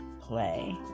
Play